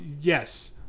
Yes